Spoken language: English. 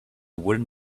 wooden